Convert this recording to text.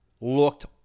Looked